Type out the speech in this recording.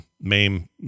MAME